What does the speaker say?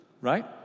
right